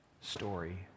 story